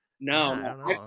No